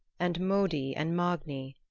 and modi and magni,